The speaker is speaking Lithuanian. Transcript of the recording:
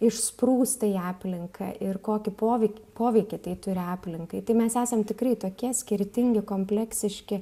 išsprūsta į aplinką ir kokį poveikį poveikį tai turi aplinkai tai mes esam tikrai tokie skirtingi kompleksiški